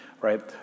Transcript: right